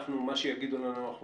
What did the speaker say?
אנחנו, מה שיגידו לנו אנחנו עושים.